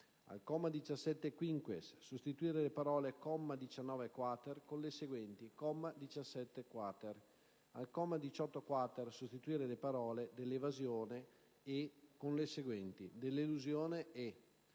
al comma 17-*quinquies*, sostituire le parole: «comma 19-*quater*» con le seguenti: «comma 17-*quater*»; - al comma l8-*quater*, sostituire le parole: «dell'evasione e» con le seguenti: «dell'elusione e»;